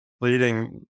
leading